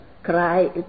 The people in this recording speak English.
cry